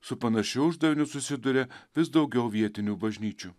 su panašiu uždaviniu susiduria vis daugiau vietinių bažnyčių